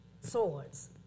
swords